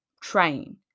train